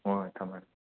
ꯍꯣꯏ ꯍꯣꯏ ꯊꯝꯃꯦ